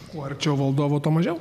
kuo arčiau valdovo tuo mažiau